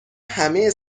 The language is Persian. همه